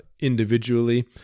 individually